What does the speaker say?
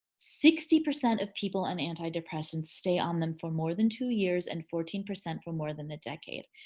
sixty percent of people on antidepressants stay on them for more than two years and fourteen percent for more than a decade.